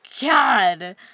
God